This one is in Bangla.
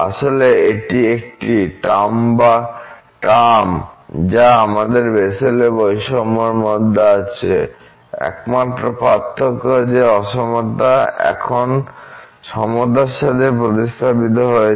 আসলে এটি একই টার্ম যা আমাদের বেসেলের বৈষম্যের মধ্যে আছে একমাত্র পার্থক্য যে অসমতা এখন সমতার সাথে প্রতিস্থাপিত হয়েছে